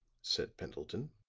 said pendleton.